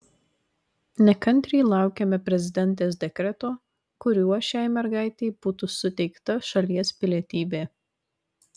nekantriai laukiame prezidentės dekreto kuriuo šiai mergaitei būtų suteikta šalies pilietybė